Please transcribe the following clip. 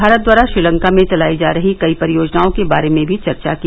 भारत द्वारा श्रीलंका में चलाई जा रही कई परियोजनाओं के बारे में भी चर्चा की